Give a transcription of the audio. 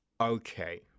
okay